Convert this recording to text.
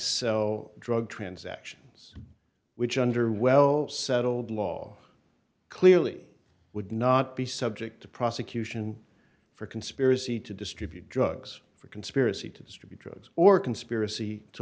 sell drug transactions which under well settled law clearly would not be subject to prosecution for conspiracy to distribute drugs for conspiracy to distribute drugs or conspiracy to